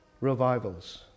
revivals